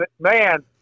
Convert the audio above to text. man